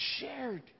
shared